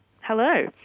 Hello